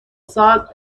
ساز